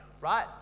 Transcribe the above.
Right